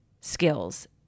skills